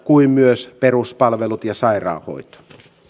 kuin myös peruspalvelut ja sairaanhoito